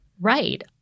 Right